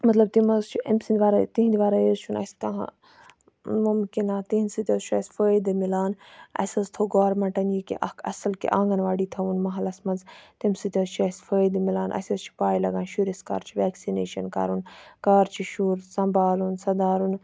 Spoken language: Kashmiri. مَطلَب تِم حظ چھِ امہِ سِندِ وَرٲے تِہِنٛدٕ وَرٲے حظ چھُنہ اَسہِ کانٛہہ مُمکِنات تِہِنٛد سۭتۍ حظ چھُ اَسہِ فٲیدٕ مِلان اَسہِ حظ تھوو گورمنٹَن یہِ کہِ اکھ اَصل آنٛگَن واڈی تھووُن مَحلَس مَنٛز تمہِ سۭتۍ حظ چھُ اَسہِ فٲیدٕ مِلان اَسہِ حظ چھِ پَے لَکان شُرِس کَر چھُ ویٚکسِنیشَن کَرُن کَر چھُ شُر سَمبالُن سَندارُن